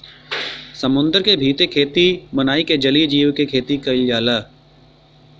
समुंदर के भीतर खेती बनाई के जलीय जीव के खेती कईल जाला